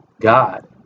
God